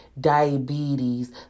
diabetes